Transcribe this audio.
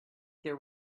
there